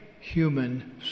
human